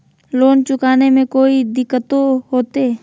Loan चुकाने में कोई दिक्कतों होते?